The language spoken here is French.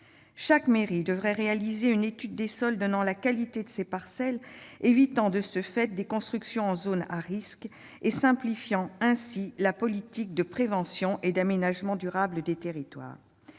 Chaque mairie devrait réaliser une étude des sols déterminant la qualité des parcelles, afin d'éviter les constructions en zone à risques et de simplifier ainsi la politique de prévention et d'aménagement durable des territoires.